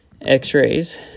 X-rays